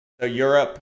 Europe